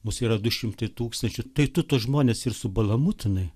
mūsų yra du šimtai tūkstančių tai tu tuos žmones ir subalamutinai